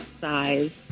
size